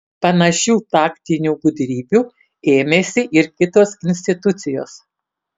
panašių taktinių gudrybių ėmėsi ir kitos institucijos